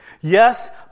Yes